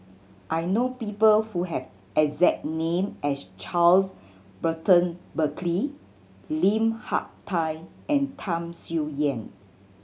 I know people who have exact name as Charles Burton Buckley Lim Hak Tai and Tham Sien Yen